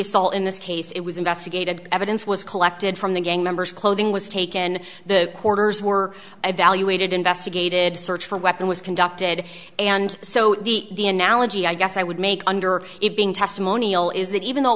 assault in this case it was investigated evidence was collected from the gang members clothing was taken the quarters were evaluated investigated search for weapon was conducted and so the i guess i would make under it being testimonial is that even though it